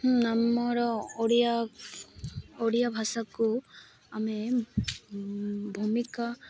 ଆମର ଓଡ଼ିଆ ଓଡ଼ିଆ ଭାଷାକୁ ଆମେ ଭୂମିକା